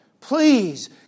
Please